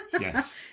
Yes